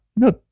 No